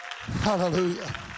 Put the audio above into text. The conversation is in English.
Hallelujah